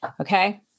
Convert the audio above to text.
Okay